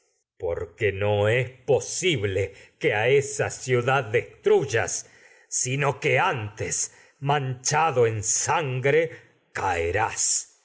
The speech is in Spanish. porque no la ciudad de es posible que a esa ciudad destruyas y sino que antes manchado en sangre caerás